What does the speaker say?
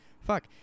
fuck